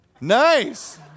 Nice